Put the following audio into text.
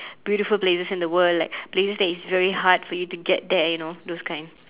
beautiful places in the world like places that is very hard for you to get there you know those kind